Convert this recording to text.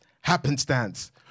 Happenstance